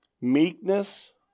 Meekness